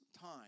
time